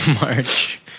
March